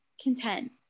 content